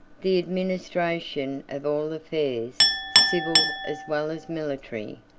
the administration of all affairs, civil as well as military,